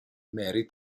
mary